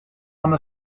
arme